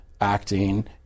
acting